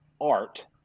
art